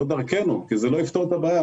לא דרכנו, כי זה לא יפתור את הבעיה.